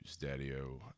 daddy-o